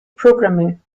programming